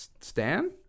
Stan